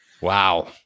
Wow